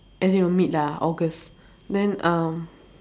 as in mid lah august then um